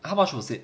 how much was it